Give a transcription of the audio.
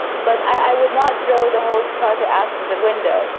but i would not throw the whole charter out of the window,